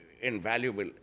invaluable